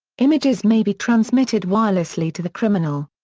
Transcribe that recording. images may be transmitted wirelessly to the criminal.